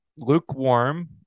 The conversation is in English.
lukewarm